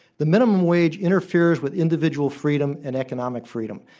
the minimum wage interferes with individual freedom and economic freedom.